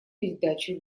передачу